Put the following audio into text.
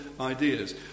ideas